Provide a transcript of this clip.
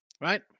right